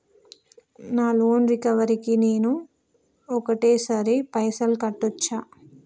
నా loan recovery కి నేను ఒకటేసరి పైసల్ కట్టొచ్చా?